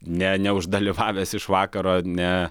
ne neuždalyvavęs iš vakaro ne